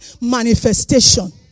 manifestation